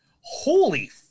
holy